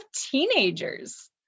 teenagers